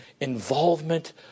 involvement